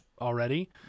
already